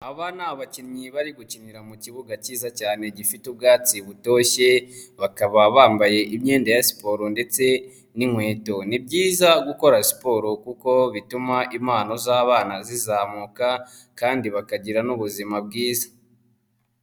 Aba ni abakinnyi bari gukinira mu kibuga cyiza cyane gifite ubwatsi butoshye bakaba bambaye imyenda ya siporo ndetse n'inkweto, ni byiza gukora siporo kuko bituma impano z'abana zizamuka kandi bakagira n'ubuzima bwiza.